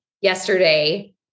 yesterday